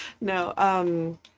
No